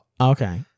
Okay